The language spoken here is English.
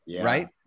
right